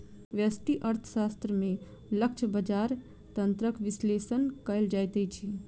व्यष्टि अर्थशास्त्र में लक्ष्य बजार तंत्रक विश्लेषण कयल जाइत अछि